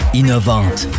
innovante